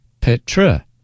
Petra